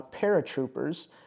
paratroopers